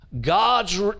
God's